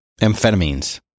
Amphetamines